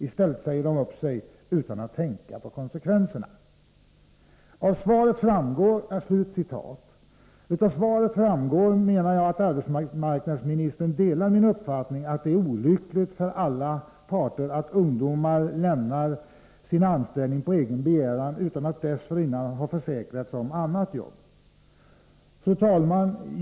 I stället säger de upp sig utan att tänka på konsekvenserna.” Av svaret framgår att arbetsmarknadsministern delar min uppfattning att det är olyckligt för alla parter att ungdomar lämnar en anställning på egen begäran utan att dessförinnan ha försäkrat sig om annat jobb. Fru talman!